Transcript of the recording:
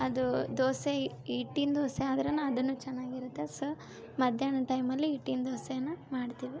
ಅದು ದೋಸೆ ಇಟ್ಟಿನ್ ದೋಸೆ ಅದ್ರೂನು ಅದುನು ಚನ್ನಾಗಿರುತ್ತೆ ಸೊ ಮಧ್ಯಾಹ್ನ ಟೈಮಲ್ಲಿ ಹಿಟ್ಟಿನ್ ದೋಸೆನ ಮಾಡ್ತೀವಿ